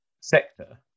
sector